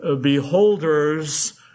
beholders